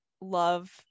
love